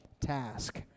task